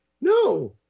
No